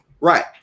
Right